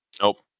Nope